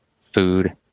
food